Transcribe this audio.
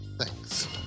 Thanks